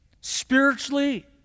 spiritually